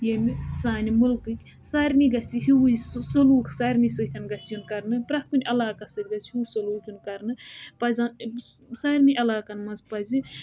ییٚمہِ سانہِ مُلکٕکۍ سارِنٕے گَژِھِ ہِوُے سُہ سوٚلوٗک سارِنٕے سٟتیٚن گَژِھِ یُن کَرنہٕ پَرِٛتھ کُنہِ علاقس سٍتۍ گَژھِ ہِوُے سلوٗک یُن کَرنہٕ پَزَن أمِس سارِنٕے علاقَن منٛز پَزِ